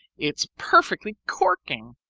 it's perfectly corking.